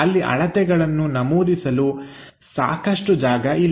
ಅಲ್ಲಿ ಅಳತೆಗಳನ್ನು ನಮೂದಿಸಲು ಸಾಕಷ್ಟು ಜಾಗ ಇಲ್ಲ